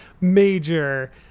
major